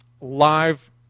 live